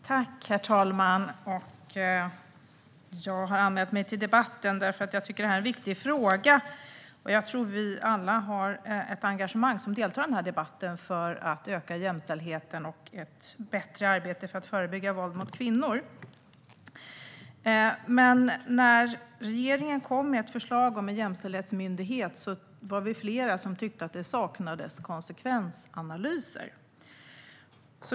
Herr talman! Jag har anmält mig till debatten eftersom jag tycker att det här är en viktig fråga. Jag tror att alla som deltar i debatten har ett engagemang för att öka jämställdheten och för ett bättre arbete för att förebygga våld mot kvinnor. Men när regeringen kom med ett förslag om en jämställdhetsmyndighet var vi flera som tyckte att det saknades konsekvensanalyser.